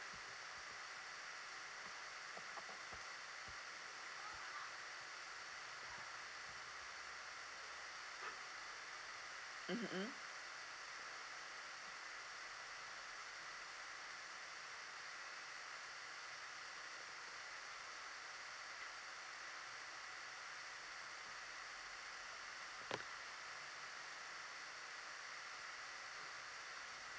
mmhmm